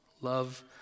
Love